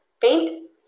paint